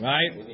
Right